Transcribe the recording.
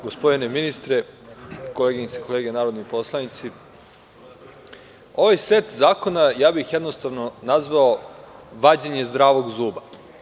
Gospodine ministre, koleginice i kolege narodni poslanici, ovaj set zakona ja bih jednostavno nazvao – vađenje zdravog zuba.